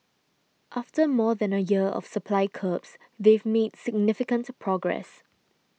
after more than a year of supply curbs they've made significant progress